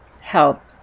help